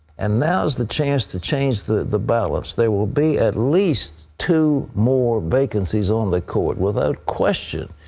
and now is the chance to change the the balance. there will be at least two more vacancies on the court, without question.